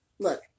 Look